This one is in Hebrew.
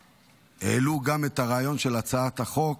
העלו גם את הרעיון של הצעת החוק.